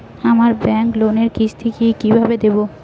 আমার ব্যাংক লোনের কিস্তি কি কিভাবে দেবো?